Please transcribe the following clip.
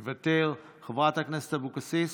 מוותר, חברת הכנסת אבוקסיס,